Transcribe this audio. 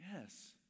Yes